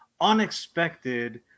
unexpected